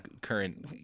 current